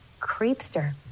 creepster